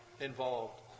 involved